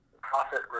profit